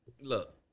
look